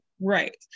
Right